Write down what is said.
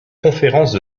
conférence